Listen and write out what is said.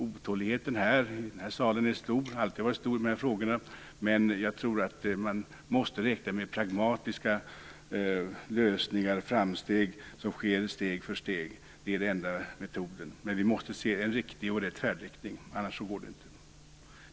Otåligheten i den här salen är och har alltid varit stor när det gäller de här frågorna, men jag tror att man måste räkna med pragmatiska lösningar och framsteg som sker steg för steg. Det är den enda metoden. Men vi måste se till att färdriktningen är den rätta och riktiga, annars går det inte.